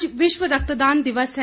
आज विश्व रक्तदान दिवस है